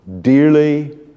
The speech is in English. Dearly